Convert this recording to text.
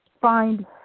find